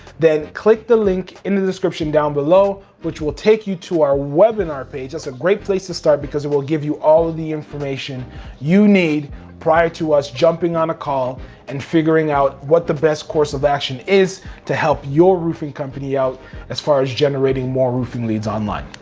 then click the link in the description down below, which will take you to our webinar page. that's a great place to start because it will give you all of the information you need prior to us jumping on a call and figuring out what the best course of action is to help your roofing company out as far as generating more roofing leads online.